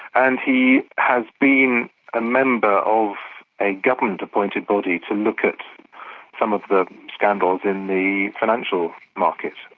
and he has been a member of a government-appointed body to look at some of the scandals in the financial market,